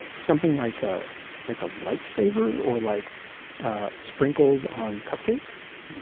something like ah like a lifesaver or like sprinkles on cupcakes.